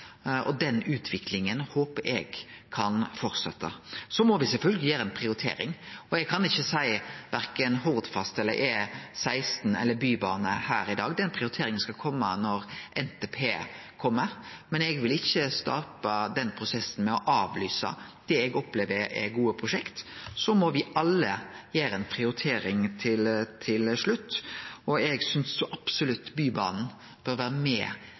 Den utviklinga håper eg kan fortsetje. Så må me sjølvsagt gjere ei prioritering, og eg kan ikkje seie verken Hordfast, E16 eller Bybanen her i dag. Den prioriteringa skal kome når NTP kjem, og eg vil ikkje starte prosessen med å avlyse det eg opplever er gode prosjekt. Me må alle gjere ei prioritering til slutt, og eg synest absolutt at Bybanen bør vere med